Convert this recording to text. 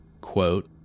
quote